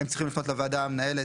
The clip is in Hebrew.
הם צריכים לפנות לוועדה המנהלת,